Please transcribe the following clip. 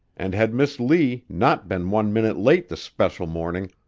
and had miss lee not been one minute late this especial morning,